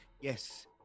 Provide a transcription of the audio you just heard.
yes